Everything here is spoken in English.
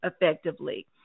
effectively